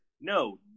no